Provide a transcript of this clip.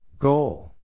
Goal